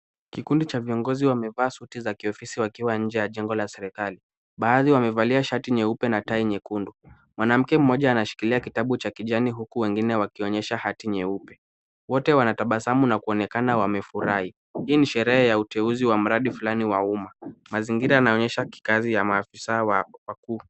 Kikundi cha viongozi wamevaa suti za kiofisi wakiwa nje ya jengo la serikali. Baadhi wamevalia shati jeupe na tai nyekundu. Mwanamke mmoja anashikilia kitabu cha kijani huku wengine wakionyesha hati nyeupe. Wote wanatabasamu na kuonekana wamefurahi. Hii ni sherehe ya uteuzi wa mradi fulani wa uma. Mazingira yanaonyesha kazi ya maafisa wakuu.